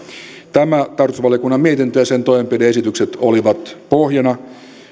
tämä tarkastusvaliokunnan mietintö ja sen toimenpide esitykset olivat pohjana